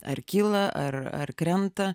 ar kyla ar ar krenta